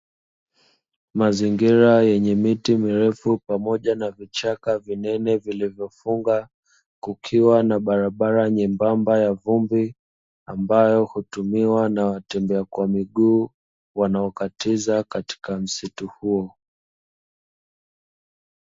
Mazingira yenye miti mirefu pamoja na vichaka vinene vilivyofunga, kukiwa na barabara nyembamba ya vumbi ambayo hutumiwa na watembea kwa miguu wanaokatiza katika msitu huo.